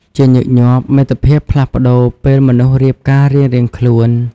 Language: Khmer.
ជាញឹកញាប់ មិត្តភាពផ្លាស់ប្តូរពេលមនុស្សរៀបការរៀងៗខ្លួន។